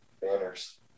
banners